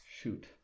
Shoot